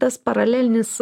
tas paralelinis